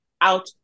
out